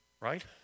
Right